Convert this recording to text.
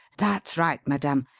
that's right, madame.